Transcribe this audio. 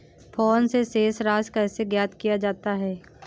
Phone से शेष राशि कैसे ज्ञात किया जाता है?